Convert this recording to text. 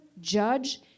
judge